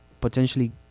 potentially